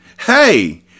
Hey